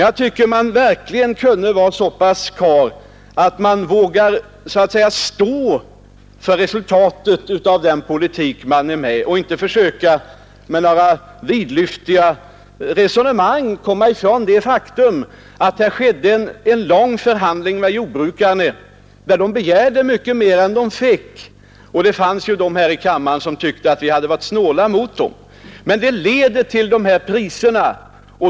Jag tycker verkligen man borde vara så pass mycket karl att man vågade stå för resultaten av den politik man är med om i stället för att med några vidlyftiga resonemang försöka komma ifrån det faktum, att här fördes en lång förhandling med jordbrukarna, där de begärde mycket mer än de fick. Det fanns här i kammaren de som då tyckte att vi hade varit snåla mot jordbrukarna. Den slutliga uppgörelsen leder till de nuvarande priserna.